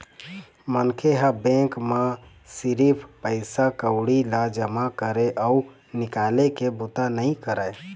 मनखे ह बेंक म सिरिफ पइसा कउड़ी ल जमा करे अउ निकाले के बूता नइ करय